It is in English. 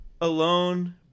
alone